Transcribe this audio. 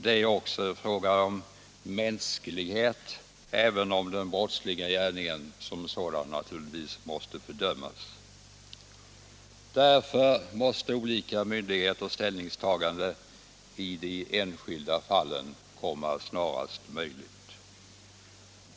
Det är också fråga om mänsklighet, även om den brottsliga gärningen som sådan naturligtvis måste fördömas. Därför måste olika myndigheters ställningstagande i de enskilda fallen komma snarast möjligt.